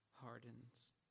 hardens